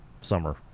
summer